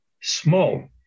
small